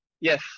yes